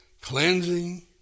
cleansing